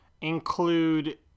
include